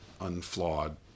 unflawed